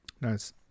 Nice